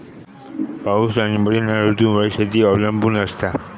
पाऊस आणि बदलणारो ऋतूंवर शेती अवलंबून असता